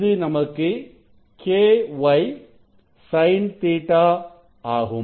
இது நமக்கு ky sin Ɵ ஆகும்